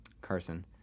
Carson